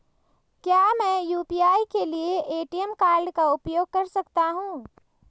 क्या मैं यू.पी.आई के लिए ए.टी.एम कार्ड का उपयोग कर सकता हूँ?